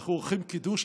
אנחנו עורכים קידוש,